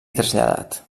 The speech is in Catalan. traslladat